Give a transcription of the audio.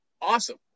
awesome